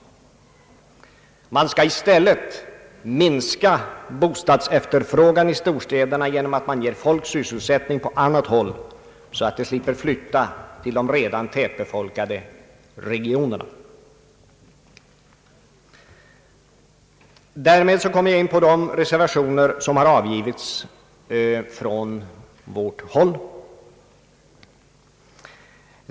Vi skall i stället minska bostadsefterfrågan i storstäderna genom att ge folk syselsättning på annat håll så att man slipper flytta till de redan tätbefolkade regionerna. Därmed kommer jag in på de reservationer som har avgivits från vårt håll.